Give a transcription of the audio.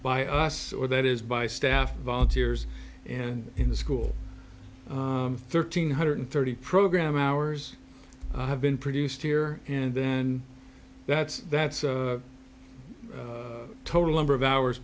by us or that is by staff volunteers and in the school thirteen hundred thirty program hours have been produced here and then that's that's a total number of hours